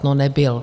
No nebyl.